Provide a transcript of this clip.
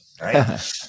right